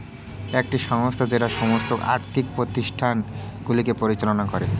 একটি সংস্থা যেটা সমস্ত আর্থিক প্রতিষ্ঠানগুলিকে পরিচালনা করে